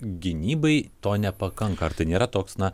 gynybai to nepakanka ar tai nėra toks na